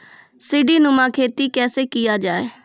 सीडीनुमा खेती कैसे किया जाय?